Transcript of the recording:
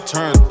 Turn